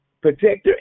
protector